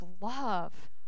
love